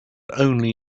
only